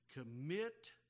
commit